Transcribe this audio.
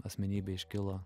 asmenybė iškilo